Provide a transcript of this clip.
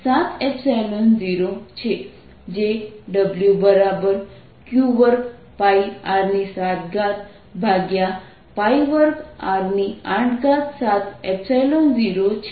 r dr02R770 તો થયેલું કુલ કાર્ય W02R770 છે જે WQ2R72R870 છે